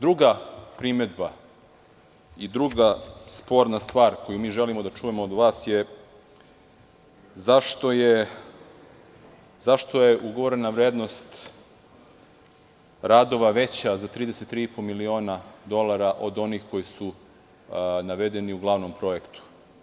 Druga primedba i druga sporna stvar, koju mi želimo da čujemo od vas, zašto je ugovorena vrednost radova veća za 33,5 miliona dolara od onih koji su navedeni u glavnom projektu?